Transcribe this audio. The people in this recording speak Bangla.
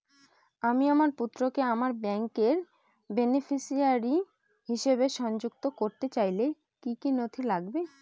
আমি আমার পুত্রকে আমার ব্যাংকের বেনিফিসিয়ারি হিসেবে সংযুক্ত করতে চাইলে কি কী নথি লাগবে?